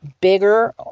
bigger